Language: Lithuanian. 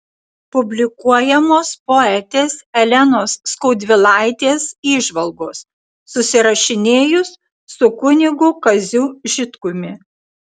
publikuojamos poetės elenos skaudvilaitės įžvalgos susirašinėjus su kunigu kaziu žitkumi